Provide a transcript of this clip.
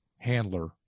handler